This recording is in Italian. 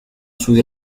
sui